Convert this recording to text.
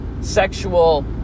sexual